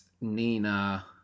Nina